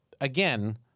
again